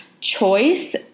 choice